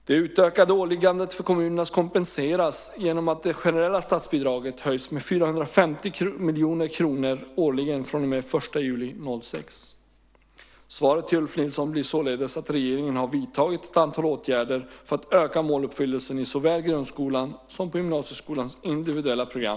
Det utökade åliggandet för kommunerna kompenseras genom att det generella statsbidraget höjs med 450 miljoner kronor årligen från och med den 1 juli 2006. Svaret till Ulf Nilsson blir således att regeringen har vidtagit ett antal åtgärder för att öka måluppfyllelsen såväl i grundskolan som på gymnasieskolans individuella program.